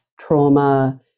trauma